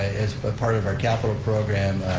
as part of our capital program,